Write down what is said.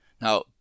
Now